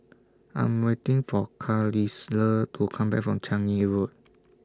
I'm waiting For Carlisle to Come Back from Changi Road